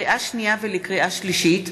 לקריאה שנייה ולקריאה שלישית: